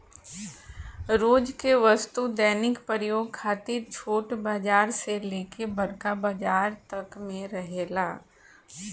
रोज के वस्तु दैनिक प्रयोग खातिर छोट बाजार से लेके बड़का बाजार तक में रहेला